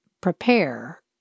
prepare